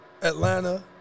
Atlanta